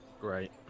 Great